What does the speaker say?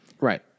Right